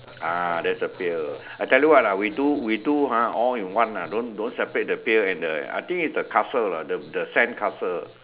ah that's a pail I tell you what ah we do we do !huh! all in one ah don't don't separate the pail and the I think it's the castle lah the the sandcastle